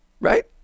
Right